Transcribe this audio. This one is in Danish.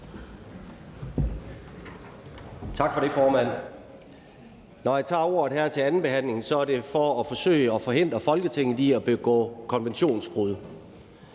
Tak for det, formand. Når jeg tager ordet her til andenbehandlingen, er det for at forsøge at forhindre Folketinget i at begå konventionsbrud.